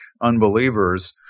unbelievers—